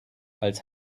als